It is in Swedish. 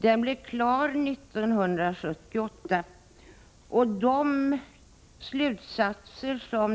Betänkandet om preskriptionshinder vid skattebrott blev klart 1980.